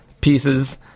pieces